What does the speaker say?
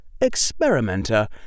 experimenter